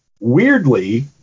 Weirdly